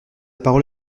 parole